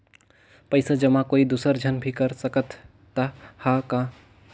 पइसा जमा कोई दुसर झन भी कर सकत त ह का?